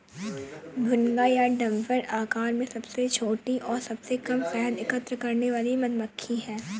भुनगा या डम्भर आकार में सबसे छोटी और सबसे कम शहद एकत्र करने वाली मधुमक्खी है